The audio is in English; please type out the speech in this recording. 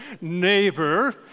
Neighbor